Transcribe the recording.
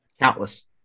Countless